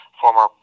former